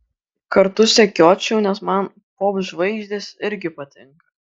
kartu sekiočiau nes man popžvaigždės irgi patinka